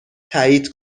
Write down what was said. تایید